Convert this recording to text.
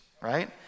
right